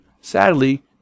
Sadly